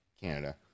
Canada